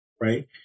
Right